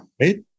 Right